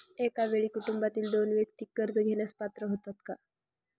एका वेळी कुटुंबातील दोन व्यक्ती कर्ज घेण्यास पात्र होतात का?